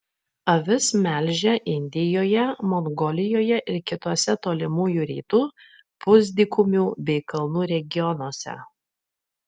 avis melžia indijoje mongolijoje ir kituose tolimųjų rytų pusdykumių bei kalnų regionuose